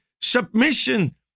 submission